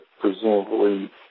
presumably